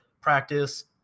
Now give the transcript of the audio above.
practice